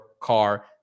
car